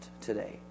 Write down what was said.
today